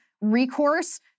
recourse